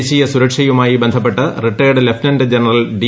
ദേശീയ സുരക്ഷയുമായി ബന്ധപ്പെട്ട് റിട്ടയർഡ് ലഫ്റ്റനന്റ് ജനറൽ ഡി